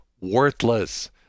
worthless